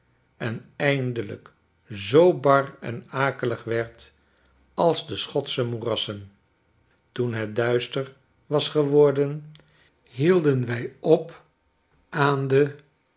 en eindelijk zoo bar en akelig werd als de schotsche moerassen toen het duister was geworden hielden wij op aan de